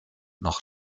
noch